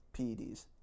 peds